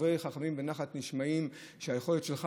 "דברי חכמים בנחת נשמעים" שהיכולת שלך